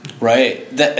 Right